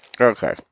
Okay